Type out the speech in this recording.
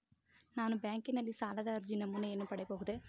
ನಾನು ಬ್ಯಾಂಕಿನಲ್ಲಿ ಸಾಲದ ಅರ್ಜಿ ನಮೂನೆಯನ್ನು ಪಡೆಯಬಹುದೇ?